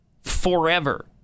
forever